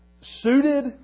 Suited